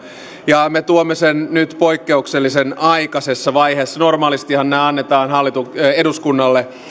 ja me tuomme sen nyt poikkeuksellisen aikaisessa vaiheessa normaalistihan nämä annetaan eduskunnalle